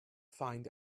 find